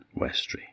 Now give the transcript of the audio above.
Westry